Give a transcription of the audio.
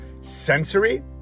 sensory